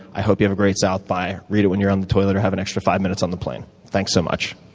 i hope you have a great south by. read it when you're on the toilet or have an extra five minutes on the plane. thanks so much.